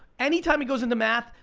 any time it goes into math,